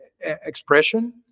expression